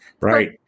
Right